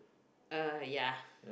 uh ya